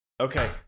Okay